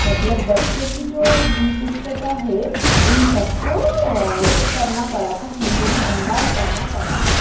मतलब बच्चों की जो पुस्तिका है उन सबको करना पड़ा था हिन्दी में अनुवाद करना पड़ा था